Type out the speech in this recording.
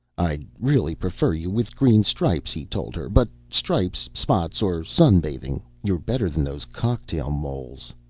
i'd really prefer you with green stripes, he told her. but stripes, spots, or sun-bathing, you're better than those cocktail moles.